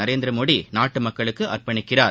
நரேந்திர மோடி நாட்டு மக்களுக்கு அர்ப்பணிக்கிறார்